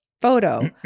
photo